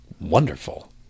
wonderful